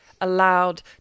allowed